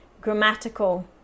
grammatical